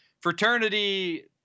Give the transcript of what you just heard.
fraternity